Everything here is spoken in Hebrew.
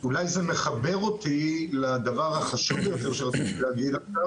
זה מחבר אותי לדבר החשוב שרציתי להגיד עכשיו,